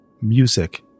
Music